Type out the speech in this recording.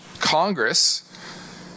Congress